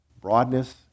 broadness